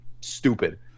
stupid